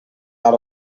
out